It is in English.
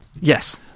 Yes